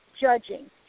judging